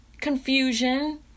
confusion